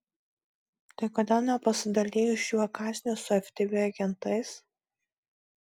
tai kodėl nepasidalijus šiuo kąsniu su ftb agentais